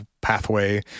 pathway